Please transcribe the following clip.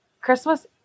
Christmas